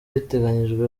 biteganyijwe